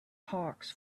hawks